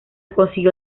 consiguió